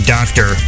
Doctor